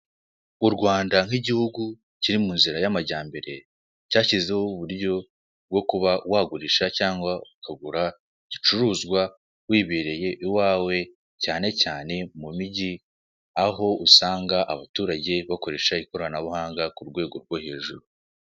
U Rwanda nk'igihugu kiri mu nzira y'amajyambere, cyashizeho y'uburyo bwo kuba wagurisha cyangwa ukagura igicuruzwa wibereye iwawe, cyane cyane mu migi, aho usanga abaturage bakoresha ikoranabuhanga ku rwego rwo hejuru.